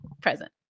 present